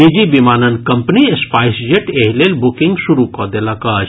निजी विमानन कम्पनी स्पाईसजेट एहि लेल बुकिंग शुरू कऽ देलक अछि